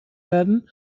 werden